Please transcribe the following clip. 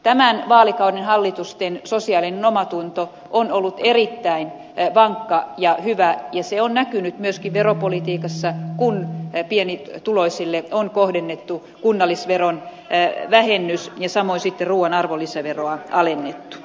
tämän vaalikauden hallitusten sosiaalinen omatunto on ollut erittäin vankka ja hyvä ja se on näkynyt myöskin veropolitiikassa kun pienituloisille on kohdennettu kunnallisveron vähennys ja samoin sitten ruuan arvonlisäveroa alennettu